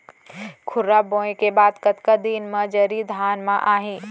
खुर्रा बोए के बाद कतका दिन म जरी धान म आही?